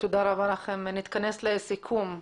תודה רבה לכם, נתכנס לסיכום.